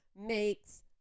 makes